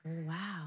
Wow